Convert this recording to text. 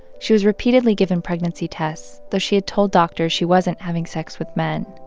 she was repeatedly given pregnancy tests, though she had told doctors she wasn't having sex with men.